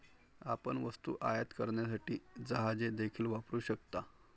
आपण वस्तू आयात करण्यासाठी जहाजे देखील वापरू शकता